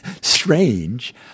strange